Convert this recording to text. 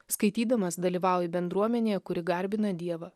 skaitydamas dalyvauju bendruomenėje kuri garbina dievą